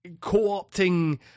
co-opting